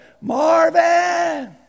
Marvin